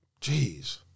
Jeez